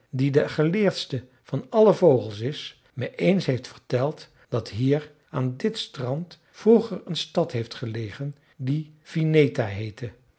die de geleerdste van alle vogels is me eens heeft verteld dat hier aan dit strand vroeger een stad heeft gelegen die vineta heette